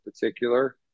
particular